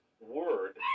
word